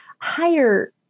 higher